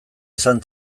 izan